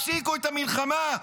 הפסיקו את המלחמה,